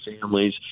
families